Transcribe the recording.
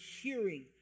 hearing